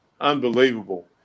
unbelievable